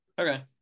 okay